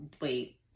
Wait